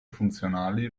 funzionali